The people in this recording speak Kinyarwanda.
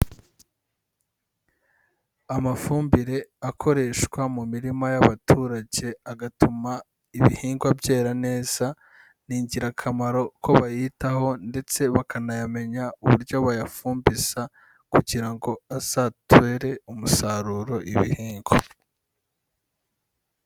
Amafumbire akoreshwa mu mirima y'abaturage agatuma ibihingwa byera neza, ni ingirakamaro ko bayitaho ndetse bakanayamenya uburyo bayafumbiza kugira ngo azatere umusaruro ibihingwa.